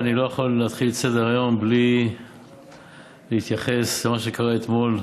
אני לא יכול להתחיל את סדר-היום בלי להתייחס למה שקרה אתמול.